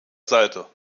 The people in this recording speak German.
seite